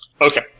Okay